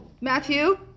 Matthew